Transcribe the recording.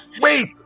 Wait